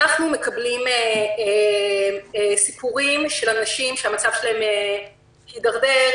אנחנו שומעים סיפורים על אנשים שהמצב שלהם הידרדר,